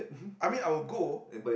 I mean I would go